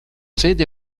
sede